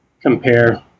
compare